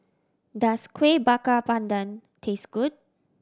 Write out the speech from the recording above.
does Kueh Bakar Pandan taste good